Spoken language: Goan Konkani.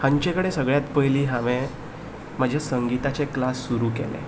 हांचे कडेन सगल्यांत पयलीं हांवें म्हजे संगिताचे क्लास सुरू केले